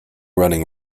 running